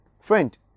Friend